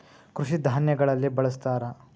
ಕೃಷಿ ಧಾನ್ಯಗಳಲ್ಲಿ ಬಳ್ಸತಾರ